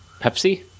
Pepsi